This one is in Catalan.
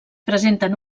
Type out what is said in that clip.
presenten